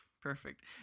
Perfect